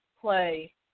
play